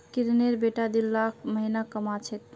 किरनेर बेटा दी लाख महीना कमा छेक